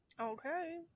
okay